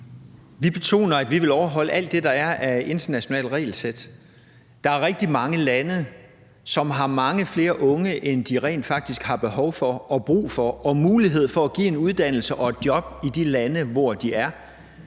Vi betoner, at vi vil overholde alt det, der er af internationale regelsæt. Der er rigtig mange lande, som har mange flere unge, end de rent faktisk har behov for og brug for og mulighed for at give en uddannelse og et job i de lande, hvor de er.